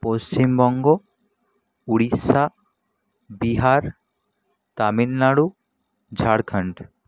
Paschimbanga Orissa Bihar Tamil Nadu Jharkhand